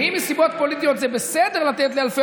ואם מסיבות פוליטיות זה בסדר לתת לאלפי